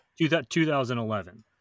2011